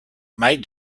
might